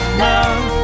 love